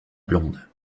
blonde